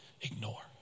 ignore